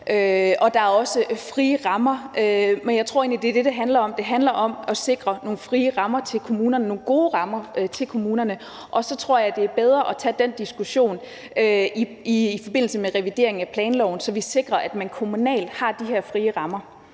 og der er også frie rammer. Jeg tror egentlig, at det er det, det handler om, nemlig at sikre nogle frie rammer for kommunerne, nogle gode rammer, og så tror jeg, at det er bedre at tage den diskussion i forbindelse med revideringen af planloven, så vi sikrer, at man kommunalt har de her frie rammer.